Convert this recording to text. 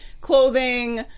clothing